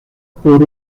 por